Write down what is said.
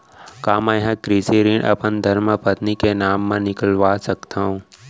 का मैं ह कृषि ऋण अपन धर्मपत्नी के नाम मा निकलवा सकथो?